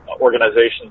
organizations